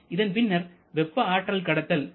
இதன்பின்னர் வெப்ப ஆற்றல் கடத்தல் 3